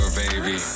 baby